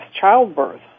childbirth